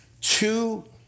two